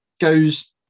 Goes